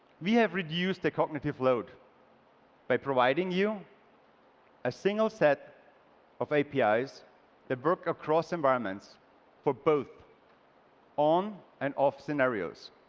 we have reduced a cognitive load by providing you a single set of apis that work across environments for both on and off scenarios.